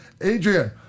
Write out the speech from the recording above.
Adrian